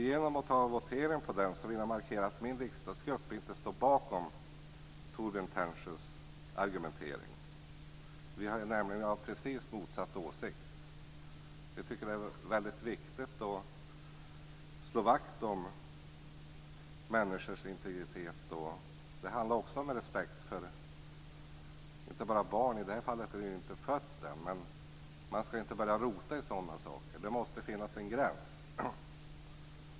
Genom att yrka bifall till den vill jag markera att min riksdagsgrupp inte står bakom Torbjörn Tännsjös argumentering. Vi är nämligen av precis motsatt åsikt. Vi tycker att det är väldigt viktigt att slå vakt om människors integritet. Det handlar också om respekt för barnet, även om barnet i det här fallet inte är fött än. Man skall inte börja rota i sådana här saker. Det måste finnas en gräns.